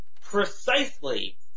precisely